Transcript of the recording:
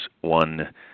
one